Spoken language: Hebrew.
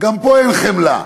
גם פה אין חמלה,